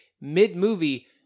mid-movie